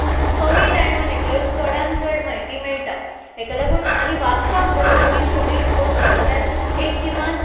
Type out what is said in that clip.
कमी टायमा भितर चडान चड म्हायती मेळटा हाका लागून आनी वाचपाक जर कोणूय मनीस बसलो जाल्यार एक किमान एक